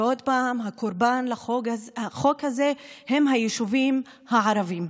ועוד פעם הקורבנות של החוק הזה הם היישובים הערביים,